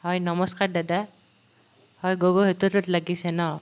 হয় নমস্কাৰ দাদা হয় গগৈ হোটেলত লাগিছে ন